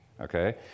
Okay